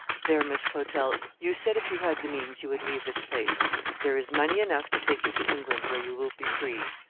there, miss clotel, you said if you had the means you would leave this place there is money enough to take you to england, where you will be free.